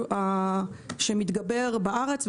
שמתגבר בארץ.